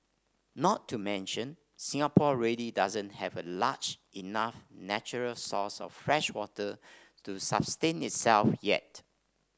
not to mention Singapore really doesn't have a large enough natural source of freshwater to sustain itself yet